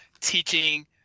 teaching